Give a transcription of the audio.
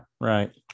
right